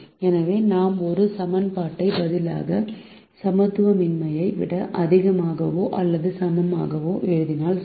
எனவே நாம் ஒரு சமன்பாட்டிற்கு பதிலாக சமத்துவமின்மையை விட அதிகமாகவோ அல்லது சமமாகவோ எழுதினால் சரி